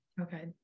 Okay